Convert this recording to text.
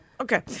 Okay